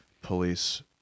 Police